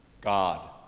God